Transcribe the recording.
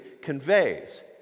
conveys